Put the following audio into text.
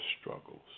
struggles